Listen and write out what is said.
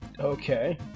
Okay